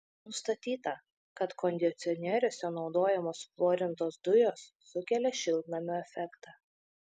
nustatyta kad kondicionieriuose naudojamos fluorintos dujos sukelia šiltnamio efektą